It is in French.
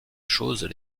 choses